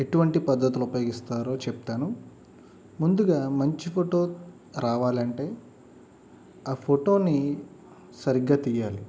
ఎటువంటి పద్ధతులు ఉపయోగిస్తారో చెప్తాను ముందుగా మంచి ఫోటో రావాలి అంటే ఆ ఫోటోని సరిగ్గా తీయాలి